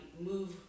move